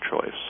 choice